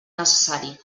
necessari